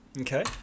Okay